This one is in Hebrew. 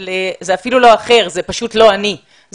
זה אפילו לא אחר, זה פשוט לא אני.